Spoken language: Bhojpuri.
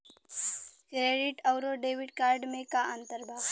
क्रेडिट अउरो डेबिट कार्ड मे का अन्तर बा?